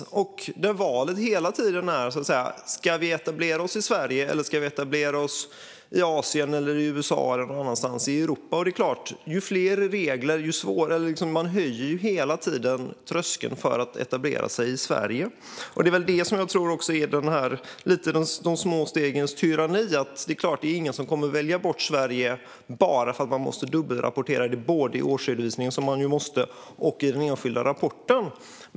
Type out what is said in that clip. För dem står valet mellan att etablera sig i Sverige eller i Asien, i USA eller någon annanstans i Europa. Det är klart att med fler regler höjs hela tiden tröskeln för etablering i Sverige. Jag tror att det är lite av de små stegens tyranni. Ingen kommer att välja bort Sverige bara för att man måste dubbelrapportera det både i årsredovisningen, vilket man måste, och i den enskilda rapporten.